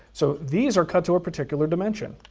so these are cut to a particular dimension.